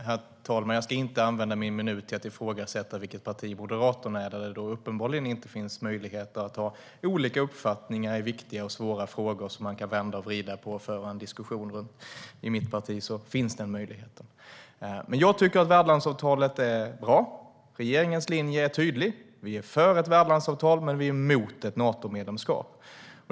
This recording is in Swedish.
Herr talman! Jag ska inte använda min minut till att ifrågasätta vilket parti Moderaterna är. Uppenbarligen finns det inte möjlighet att ha olika uppfattningar i viktiga och svåra frågor som man kan vända och vrida på och föra en diskussion om. I mitt parti finns dock den möjligheten. Jag tycker att värdlandsavtalet är bra. Regeringens linje är tydlig. Vi är för ett värdlandsavtal, men vi är mot ett Natomedlemskap.